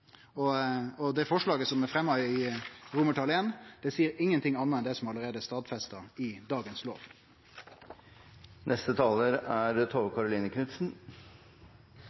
aller, aller verste. Forslaget til vedtak I seier ingenting anna enn det som allereie er stadfesta i dagens lov. Jeg føler det er